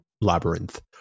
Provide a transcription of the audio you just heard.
labyrinth